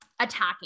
attacking